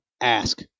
ask